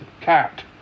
Cat